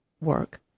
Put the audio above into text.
work